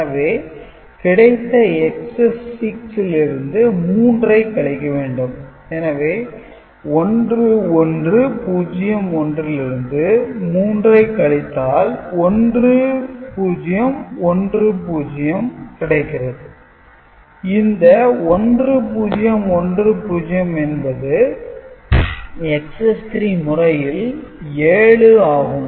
எனவே கிடைத்த XS - 6 லிருந்து 3 ஐ கழிக்க வேண்டும் எனவே 1 1 0 1 லிருந்து 3 ஐ கழித்தால் 1 0 1 0 கிடைக்கிறது இந்த 1 0 1 0 என்பது XS3 முறையில் 7 ஆகும்